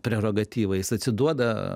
prerogatyvą jis atsiduoda